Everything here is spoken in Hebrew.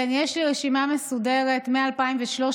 כן, יש לי רשימה מסודרת מ-2013.